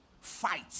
Fight